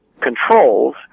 controls